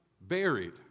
buried